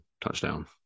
touchdown